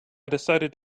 decided